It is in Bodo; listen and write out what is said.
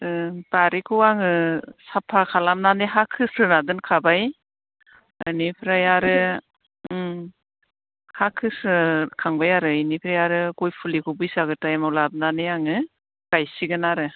ओं बारिखौ आङो साफा खालामनानै हा खोस्रोना दोनखाबाय बेनिफ्राय आरो उम हा खोस्रोखांबाय आरो बेनिफ्राय आरो गय फुलिखौ बैसागो थाइमआव लाबोनानै आङो गायसिगोन आरो